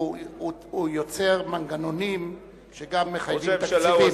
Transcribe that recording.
הוא יוצר מנגנונים שגם מחייבים תקציבים.